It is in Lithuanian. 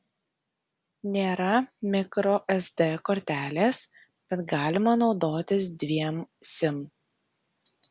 nėra mikro sd kortelės bet galima naudotis dviem sim